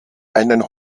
einen